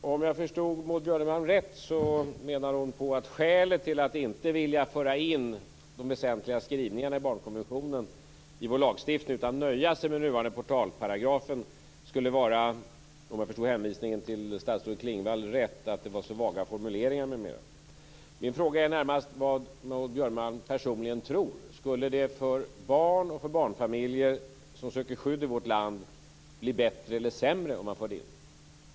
Fru talman! Innehållsmässigt tror jag att jag kan leva upp till fru talmannens vädjan om tydlighet i repliken. Om jag kan klara det akustiskt vet jag inte. Hörs det just nu? Vad bra. Om jag förstod Maud Björnemalm rätt menar hon att skälet till att inte vilja föra in de väsentliga skrivningarna i barnkonventionen i vår lagstiftning utan nöja sig med den nuvarande portalparagrafen skulle vara - om jag förstod hänvisningen till statsrådet Klingvall rätt - att det var så vaga formuleringar m.m. Min fråga är närmast vad Maud Björnemalm personligen tror. Skulle det för barn och barnfamiljer som söker skydd i vårt land bli bättre eller sämre om man förde in det?